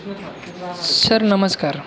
sir नमस्कार